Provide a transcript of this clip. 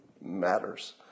matters